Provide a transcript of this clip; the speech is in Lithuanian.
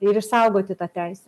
ir išsaugoti tą teisę